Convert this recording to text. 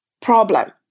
problem